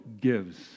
gives